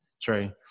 Trey